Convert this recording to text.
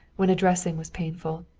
when a dressing was painful.